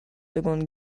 seconde